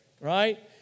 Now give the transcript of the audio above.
Right